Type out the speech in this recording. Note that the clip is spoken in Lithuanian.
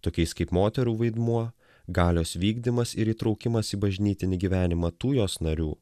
tokiais kaip moterų vaidmuo galios vykdymas ir įtraukimas į bažnytinį gyvenimą tų jos narių